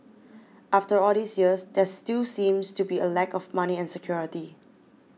after all these years there still seems to be a lack of money and security